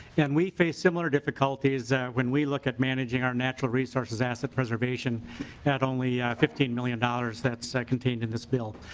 and we face similar difficulties when we look at managing our natural resources asset preservation at only fifteen million dollars that's contained in this bill.